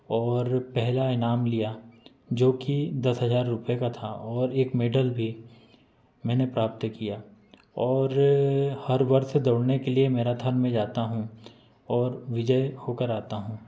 और पहला ईनाम लिया जो कि दस हज़ार रूपए का था और एक मेडल भी मैंने प्राप्त किया और हर वर्ष दौड़ने के लिए मैराथन में जाता हूँ और विजय होकर आता हूँ